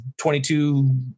22